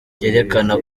cyerekana